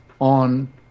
on